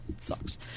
sucks